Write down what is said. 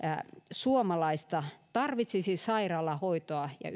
suomalaista tarvitsisi sairaalahoitoa ja